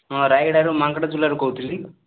ହଁ ରାୟଗଡ଼ାରୁ ମାଙ୍କଡ଼ଝୁଲାରୁ କହୁଥିଲି